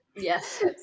Yes